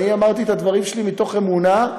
אני אמרתי את הדברים שלי מתוך אמונה,